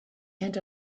and